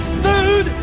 food